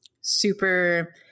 super